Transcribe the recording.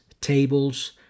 tables